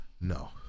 No